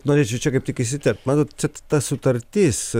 norėčiau čia kaip tik įsiterpt matot čia ta sutartis